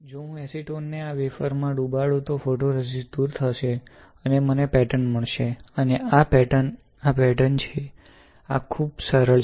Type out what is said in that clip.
જો હુ એસીટોન માં આ વેફર ને ડુબાડુ તો ફોટોરેઝિસ્ટ દુર થશે અને મને પેટર્ન મળશે અને આ પેટર્ન આ પેટર્ન છે આ ખૂબ સરળ છે